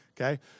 Okay